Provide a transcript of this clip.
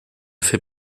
fait